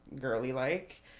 girly-like